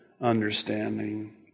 understanding